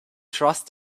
trust